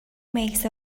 makes